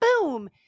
Boom